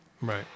Right